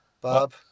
Bob